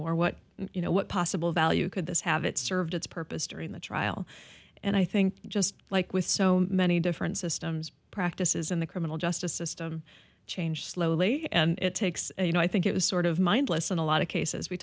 more what you know what possible value could this have it served its purpose during the trial and i think just like with so many different systems practices in the criminal justice system change slowly and it takes you know i think it was sort of mindless in a lot of cases we